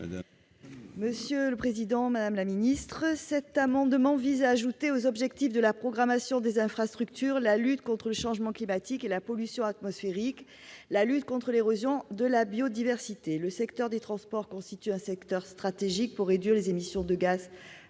Mme Christine Lanfranchi Dorgal. Cet amendement a pour objet d'ajouter aux objectifs de la programmation des infrastructures la lutte contre le changement climatique et la pollution atmosphérique, la lutte contre l'érosion de la biodiversité. Le secteur des transports constitue un secteur stratégique pour réduire les émissions de gaz